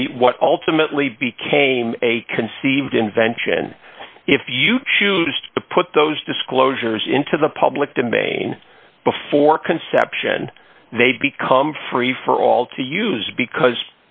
the what ultimately became a conceived invention if you choose to put those disclosures into the public domain before conception they'd become free for all to use because